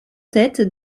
tête